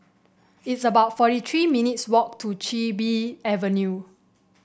it's about forty three minutes' walk to Chin Bee Avenue